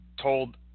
told